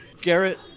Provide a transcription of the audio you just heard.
Garrett